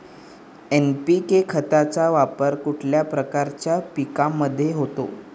NPK खताचा वापर कुठल्या प्रकारच्या पिकांमध्ये होतो?